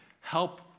help